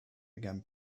began